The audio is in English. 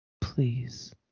Please